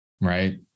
right